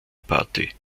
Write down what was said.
party